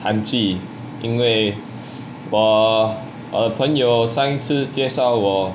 韩剧因为我的朋友上次介绍我